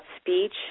speech